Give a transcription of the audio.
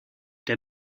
der